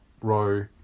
row